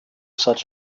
such